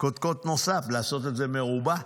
קודקוד נוסף, לעשות את זה מרובע,